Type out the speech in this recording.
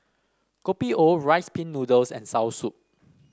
Kopi O Rice Pin Noodles and soursop